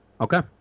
Okay